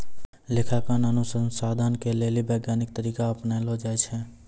लेखांकन अनुसन्धान के लेली वैज्ञानिक तरीका अपनैलो जाय छै